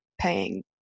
paying